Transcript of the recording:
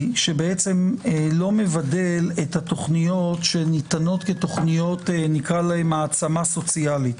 שלא מבדל את התכניות שניתנות כתכניות העצמה סוציאלית.